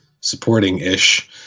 supporting-ish